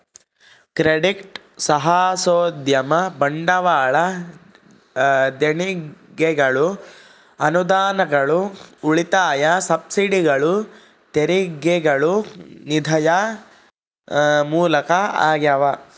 credit ಸಾಹಸೋದ್ಯಮ ಬಂಡವಾಳ ದೇಣಿಗೆಗಳು ಅನುದಾನಗಳು ಉಳಿತಾಯ ಸಬ್ಸಿಡಿಗಳು ತೆರಿಗೆಗಳು ನಿಧಿಯ ಮೂಲ ಆಗ್ಯಾವ